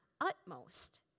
utmost